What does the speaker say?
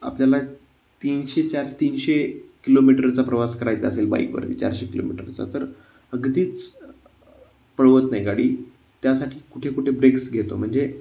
आपल्याला तीनशे चार तीनशे किलोमीटरचा प्रवास करायचा असेल बाईकवरून चारशे किलोमीटरचा तर अगदीच पळवत नाही गाडी त्यासाठी कुठे कुठे ब्रेक्स घेतो म्हणजे